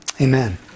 amen